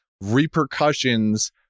repercussions